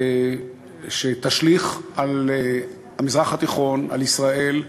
שתשליך על המזרח התיכון, על ישראל,